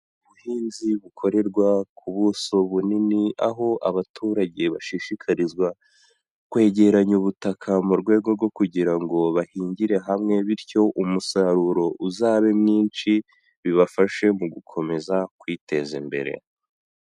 Ubuhinzi bukorerwa ku buso bunini, aho abaturage bashishikarizwa kwegeranya ubutaka mu rwego rwo kugira ngo bahingire hamwe bityo umusaruro uzabe mwinshi bibafashe mu gukomeza kwiteza imbere.